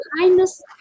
kindness